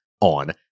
On